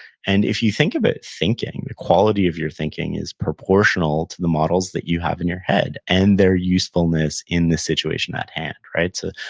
and, if you think about thinking, quality of your thinking is proportional to the models that you have in your head, and their usefulness in the situation at hand, right? so,